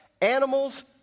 animals